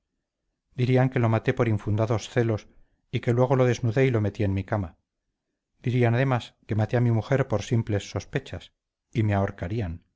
dirían que lo maté por infundados celos y que luego lo desnudé y lo metí en mi cama dirían además que maté a mi mujer por simples sospechas y me ahorcarían